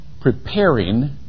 preparing